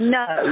no